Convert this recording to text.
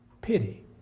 Pity